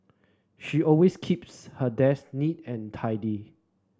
she always keeps her desk neat and tidy